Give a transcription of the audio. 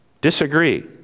Disagree